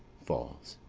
falls.